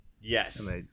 Yes